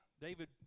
David